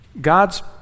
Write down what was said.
God's